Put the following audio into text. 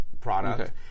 product